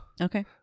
okay